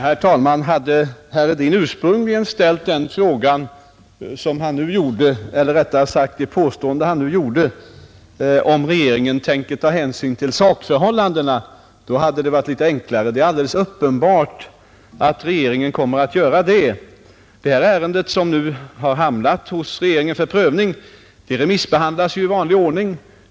Herr talman! Om herr Hedin ursprungligen hade ställt frågan som han nu gjorde — huruvida regeringen tänker ta hänsyn till sakförhållandena — hade det varit litet enklare att svara. Det är alldeles uppenbart att regeringen kommer att göra det. Det ärende som nu hamnat hos regeringen för prövning remissbehandlas i vanlig ordning.